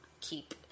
keep